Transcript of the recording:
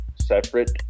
separate